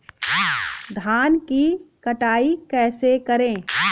धान की कटाई कैसे करें?